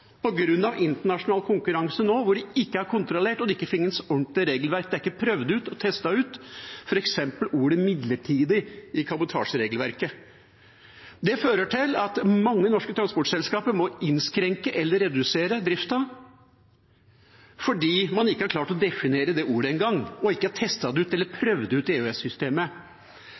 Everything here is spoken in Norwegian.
det ikke er kontroll, og der det ikke finnes et ordentlig regelverk. Ordet «midlertidig» i kabotasjeregelverket er ikke testet ut, f.eks. Mange norske transportselskap må innskrenke eller redusere driften fordi man ikke har klart å definere det ordet og prøvd ut EØS-systemet. Man var så vidt innom det i 2012 eller